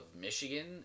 Michigan